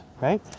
right